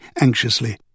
anxiously